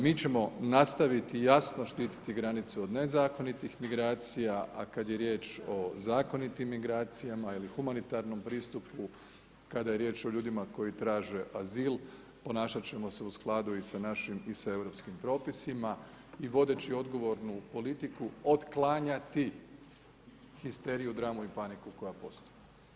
Mi ćemo nastaviti jasno štiti granicu od nezakonitih migracija, a kad je riječ o zakonitim migracijama ili humanitarnom pristupu, kada je riječ o ljudima koji traže azil, ponašat ćemo se u skladu i sa našim i sa europskim propisima, i vodeći odgovornu politiku, otklanjati histeriju, dramu i paniku koja postoji.